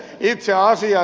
se itse asia